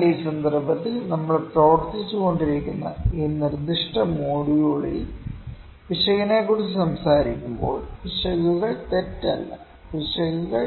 എന്നാൽ ഈ സന്ദർഭത്തിൽ നമ്മൾ പ്രവർത്തിച്ചുകൊണ്ടിരുന്ന ഈ നിർദ്ദിഷ്ട മൊഡ്യൂളിൽ പിശകിനെക്കുറിച്ച് സംസാരിക്കുമ്പോൾ പിശകുകൾ തെറ്റല്ല പിശകുകൾ